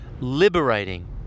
liberating